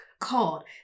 called